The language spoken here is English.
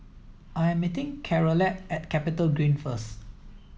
I am meeting Charolette at CapitaGreen first